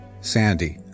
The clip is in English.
Sandy